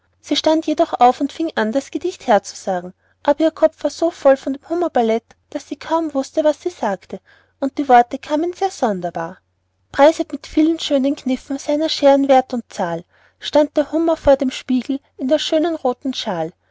sie stand jedoch auf und fing an das gedicht herzusagen aber ihr kopf war so voll von dem hummerballet daß sie kaum wußte was sie sagte und die worte kamen sehr sonderbar preisend mit viel schönen kniffen seiner scheeren werth und zahl stand der hummer vor dem spiegel in der schönen rothen schal